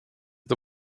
the